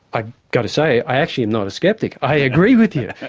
i've got to say i actually am not a sceptic, i agree with you,